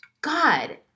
God